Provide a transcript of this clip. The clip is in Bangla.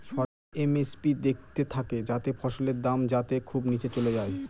সরকার এম.এস.পি দেখতে থাকে যাতে ফসলের দাম যাতে খুব নীচে চলে যায়